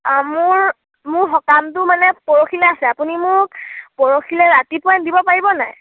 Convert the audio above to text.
অ মোৰ মোৰ সকামটো মানে পৰহিলৈ আছে আপুনি মোক পৰহিলৈ ৰাতিপুৱা দিব পাৰিব নাই